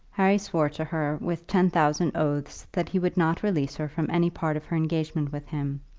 harry swore to her with ten thousand oaths that he would not release her from any part of her engagement with him,